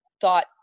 thought